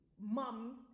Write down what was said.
mums